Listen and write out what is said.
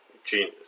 genius